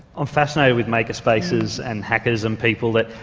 i'm fascinated with maker spaces and hackers and people that.